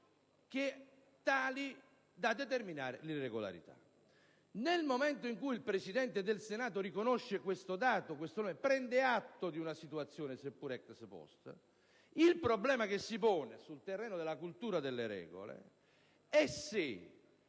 tali da determinarne l'irregolarità. Nel momento in cui il Presidente del Senato riconosce questo dato e prende atto di una situazione, seppure *ex post*, il problema che si pone sul terreno della cultura delle regole è se,